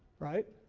right?